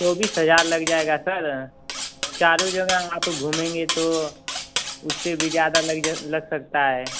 चौबीस हज़ार लग जाएगा सर चारों जगह आप घूमेंगे तो उससे भी ज़्यादा लग जा लग सकता है